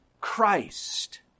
Christ